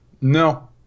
No